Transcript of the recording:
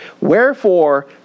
Wherefore